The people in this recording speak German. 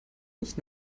nicht